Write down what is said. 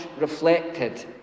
reflected